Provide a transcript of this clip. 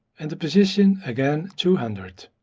and the position again two hundred.